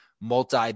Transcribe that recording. multi